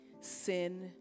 sin